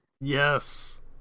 Yes